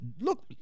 look